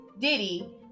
diddy